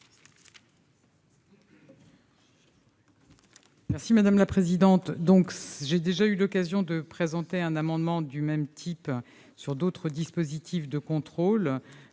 est à Mme la ministre. J'ai déjà eu l'occasion de présenter un amendement du même type à propos d'autres dispositifs de contrôle.